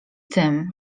tym